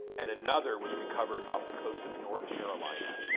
and another was recovered off the coast of north carolina.